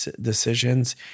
decisions